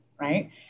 right